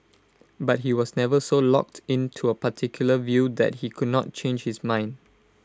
but he was never so locked in to A particular view that he could not change his mind